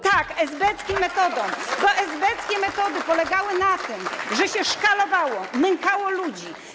Tak, esbeckim metodom, bo esbeckie metody polegały na tym, że się szkalowało, nękało ludzi.